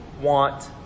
want